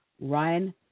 Ryan